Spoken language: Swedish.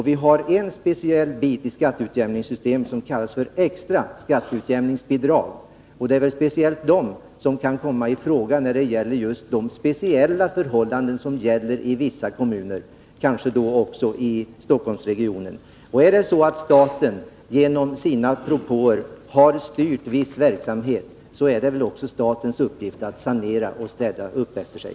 Vi har en speciell del i skatteutjämningssystemet som avser extra skatteutjämningsbidrag, och det är väl dessa som kan komma i fråga när det gäller de särskilda förhållanden som råder i vissa kommuner, kanske också i Stockholmsregionen. Om staten genom sina propåer har styrt viss verksamhet är det också statens uppgift att sanera och städa upp efter sig.